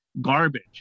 garbage